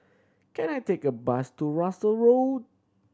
can I take a bus to Russel Road